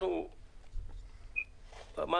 ברגע